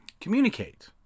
Communicate